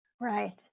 Right